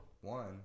One